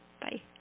Bye